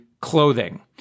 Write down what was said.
clothing